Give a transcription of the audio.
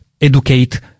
educate